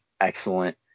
excellent